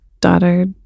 daughter